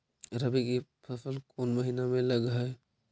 रबी की फसल कोन महिना में लग है?